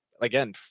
again